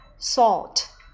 salt